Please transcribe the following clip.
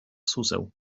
suseł